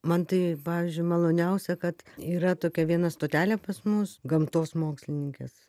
man tai pavyzdžiui maloniausia kad yra tokia viena stotelė pas mus gamtos mokslininkės